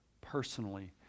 personally